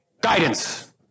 guidance